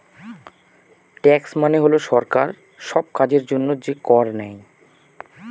tax মানে হল সরকার সব কাজের জন্য যে কর নেয়